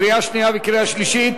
קריאה שנייה וקריאה שלישית.